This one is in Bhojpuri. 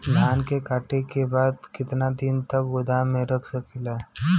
धान कांटेके बाद कितना दिन तक गोदाम में रख सकीला?